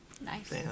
Nice